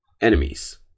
enemies